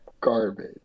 garbage